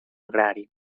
agrari